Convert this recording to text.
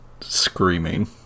screaming